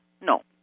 No